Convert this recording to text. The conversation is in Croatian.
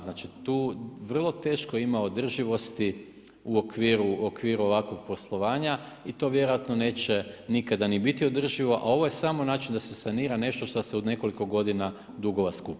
Znači, tu vrlo teško ima održivosti u okviru ovakvog poslovanja i to vjerojatno neće nikada ni biti održivo, a ovo je samo način da se sanira nešto što se u nekoliko godina dugova skupila.